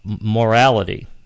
morality